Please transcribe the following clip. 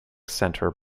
centre